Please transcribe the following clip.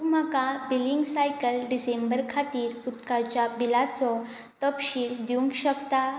तूं म्हाका billing cycle December खातीर उदकाच्या बिलाचो तपशील दिवंक शकता